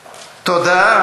תודה.